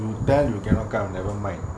you tell you cannot come never mind